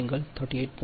67 38